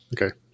Okay